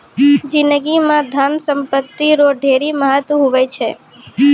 जिनगी म धन संपत्ति रो ढेरी महत्व हुवै छै